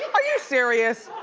are you serious?